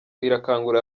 irakangurira